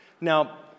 Now